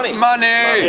money!